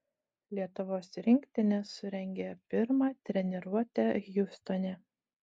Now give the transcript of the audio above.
lietuvos rinktinė surengė pirmą treniruotę hjustone